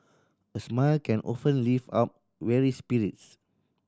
a smile can often lift up weary spirits